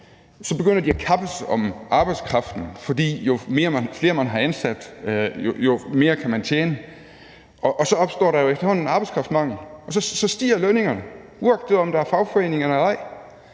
begynder de at kappes om arbejdskraften, for jo flere man har ansat, jo mere kan man tjene, og så opstår der jo efterhånden arbejdskraftmangel, og så stiger lønningerne, uanset om der er fagforeninger eller ej.